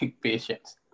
patience